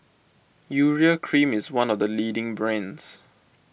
Urea Cream is one of the leading brands